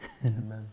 Amen